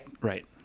right